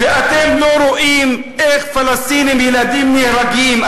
ואתם לא רואים איך ילדים פלסטינים נהרגים,